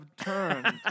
turned